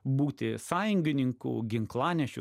būti sąjungininku ginklanešiu